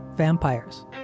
vampires